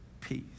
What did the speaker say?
peace